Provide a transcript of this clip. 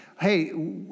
hey